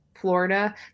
Florida